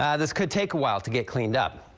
ah this could take a while to get cleaned up.